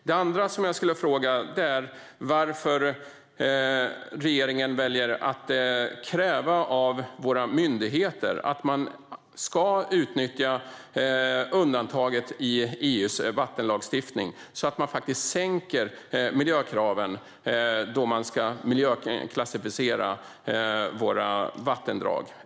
Det andra jag skulle vilja fråga är varför regeringen väljer att kräva av våra myndigheter att de ska utnyttja undantaget i EU:s vattenlagstiftning, så att de faktiskt sänker miljökraven då våra vattendrag ska miljöklassificeras.